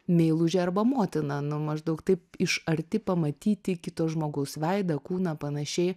meilužė arba motina nu maždaug taip iš arti pamatyti kito žmogaus veidą kūną panašiai